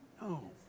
No